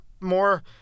more